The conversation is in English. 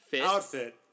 outfit